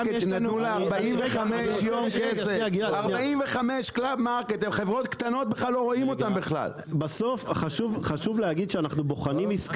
הוא אומר תשמרו על החברה הזאת שהיא עוד יכולה לתרום איברים,